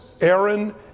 Aaron